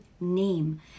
name